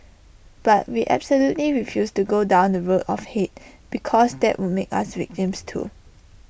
but we absolutely refused to go down the road of hate because that would make us victims too